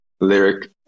lyric